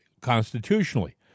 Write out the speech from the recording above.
constitutionally